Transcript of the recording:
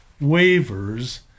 wavers